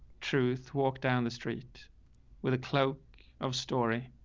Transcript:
truth walked down the street with a cloak of story.